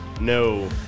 No